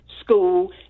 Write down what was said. school